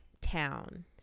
town